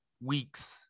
weeks